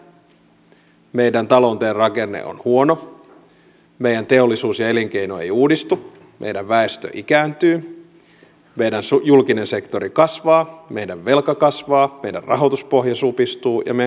meidän vienti ei vedä meidän talouden rakenne on huono meidän teollisuus ja elinkeino eivät uudistu meidän väestö ikääntyy meidän julkinen sektori kasvaa meidän velka kasvaa meidän rahoituspohja supistuu ja meidän kasvu hiipuu